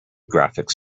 graphics